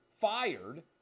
fired